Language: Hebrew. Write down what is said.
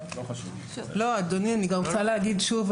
אני רוצה לומר שוב,